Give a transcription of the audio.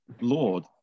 Lord